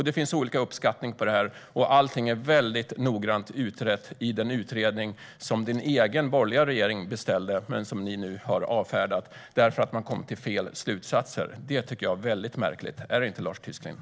Det finns olika uppskattningar här, och allt är noggrant utrett i den utredning som din egen borgerliga regering beställde, Lars Tysklind, men som ni nu har avfärdat därför att man kom fram till fel slutsatser. Det tycker jag är väldigt märkligt. Är det inte det, Lars Tysklind?